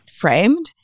framed